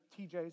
TJ's